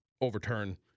overturn